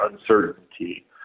uncertainty –